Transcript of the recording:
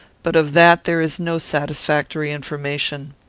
but of that there is no satisfactory information.